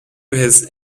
his